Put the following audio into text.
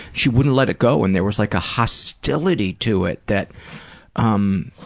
she wouldn't let it go and there was like a hostility to it that um